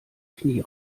knie